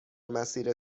مسیر